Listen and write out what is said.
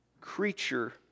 creature